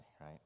right